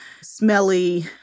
smelly